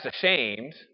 ashamed